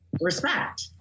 respect